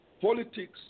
Politics